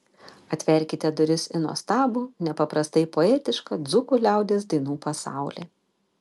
atverkite duris į nuostabų nepaprastai poetišką dzūkų liaudies dainų pasaulį